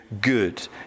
good